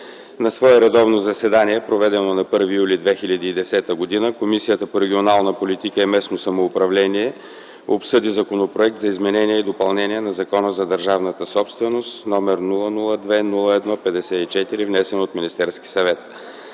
На свое редовно заседание, проведено на 1 юли 2010 г., Комисията по регионална политика и местно самоуправление обсъди Законопроект за изменение и допълнение на Закона за държавната собственост, № 002-01-54, внесен от Министерския съвет.